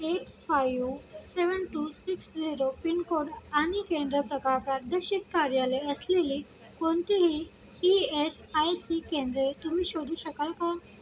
eight five seven two six zero pin code आणि केंद्र प्रकार प्रादेशिक कार्यालय असलेली कोणतीही ई एस आय सी केंद्रे तुम्ही शोधू शकाल का